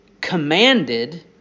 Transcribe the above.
commanded